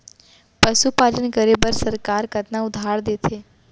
पशुपालन करे बर सरकार कतना उधार देथे?